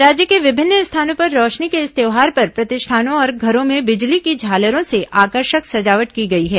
राज्य के विभिन्न स्थानों पर रौशनी के इस त्यौहार पर प्रतिष्ठानों और घरों में बिजली की झालरों से आकर्षक सजावट की गई है